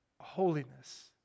holiness